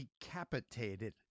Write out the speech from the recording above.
decapitated